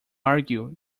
argue